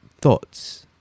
thoughts